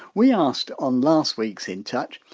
we asked, on last week's in touch,